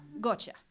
Gotcha